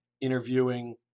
interviewing